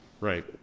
Right